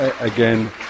Again